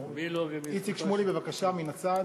איציק שמולי, בבקשה, מן הצד.